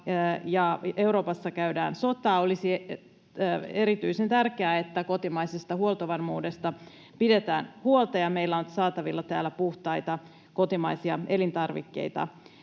ja Euroopassa käydään sotaa, olisi erityisen tärkeää, että kotimaisesta huoltovarmuudesta pidetään huolta ja meillä on saatavilla täällä puhtaita kotimaisia elintarvikkeita.